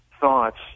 thoughts